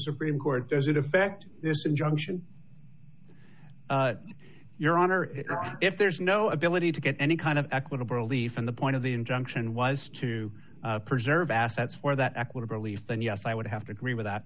supreme court does it affect this injunction your honor if there's no ability to get any kind of equitable relief and the point of the injunction was to preserve assets for that equitably then yes i would have to agree with that